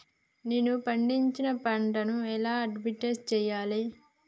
నేను పండించిన పంటను ఎలా అడ్వటైస్ చెయ్యాలే?